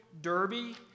Derby